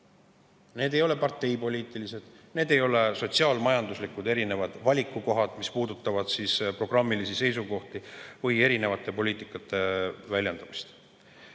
Need ei ole parteipoliitilised, need ei ole sotsiaalmajanduslikud valikukohad, mis puudutavad programmilisi seisukohti või eri poliitikasuundade väljendamist.